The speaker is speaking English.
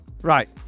Right